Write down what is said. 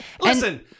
Listen